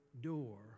door